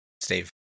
Steve